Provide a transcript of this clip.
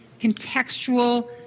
contextual